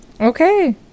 Okay